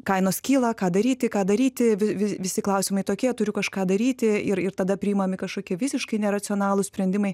kainos kyla ką daryti ką daryti vis visi klausimai tokie turiu kažką daryti ir ir tada priimami kažkokie visiškai neracionalūs sprendimai